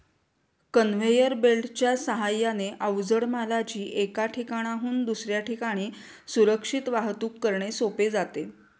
conveyor बेल्टच्या साहाय्याने अवजड मालाची एका ठिकाणाहून दुसऱ्या ठिकाणी सुरक्षित वाहतूक करणे सोपे जाते